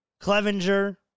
Clevenger